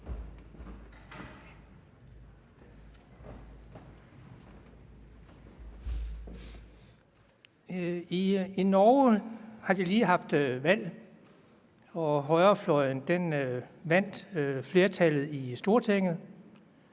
I Norge har de lige haft valg, og højrefløjen vandt flertallet i Stortinget.